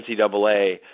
NCAA